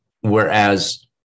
whereas